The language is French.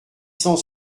cent